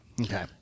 Okay